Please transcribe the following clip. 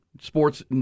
Sports